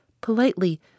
politely